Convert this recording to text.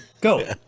Go